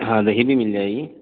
ہاں دہی بھی مل جائے گی